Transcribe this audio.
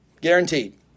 Guaranteed